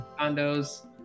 condos